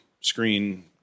screen